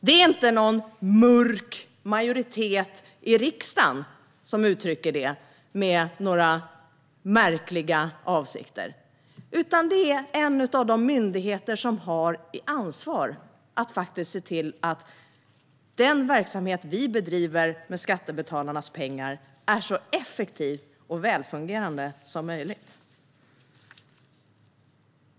Det är inte någon mörk majoritet i riksdagen som uttrycker det med några märkliga avsikter, utan det är en av de myndigheter som har som ansvar att se till att den verksamhet som vi bedriver med skattebetalarnas pengar är så effektiv och välfungerande som möjligt.